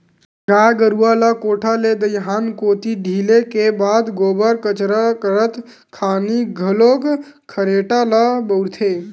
गाय गरुवा ल कोठा ले दईहान कोती ढिले के बाद गोबर कचरा करत खानी घलोक खरेटा ल बउरथे